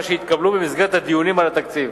שהתקבלו במסגרת הדיונים על התקציב,